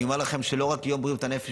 אני אומר לכם שלא רק יום בריאות הנפש,